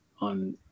on